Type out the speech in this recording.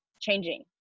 changing